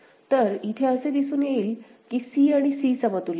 तर इथे असे दिसून येईल की c आणि c समतुल्य आहेत